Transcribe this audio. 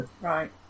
right